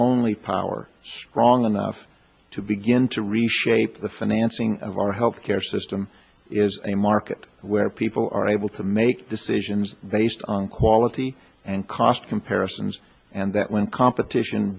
only power strong enough to begin to reshape the financing of our health care system is a market where people are able to make decisions based on quality and cost comparisons and that when competition